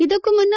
ಇದಕ್ಕೂ ಮುನ್ನ